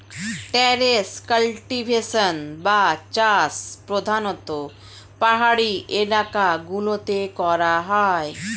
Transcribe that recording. terrace cultivation বা চাষ প্রধানতঃ পাহাড়ি এলাকা গুলোতে করা হয়